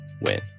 win